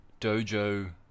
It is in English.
dojo